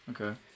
Okay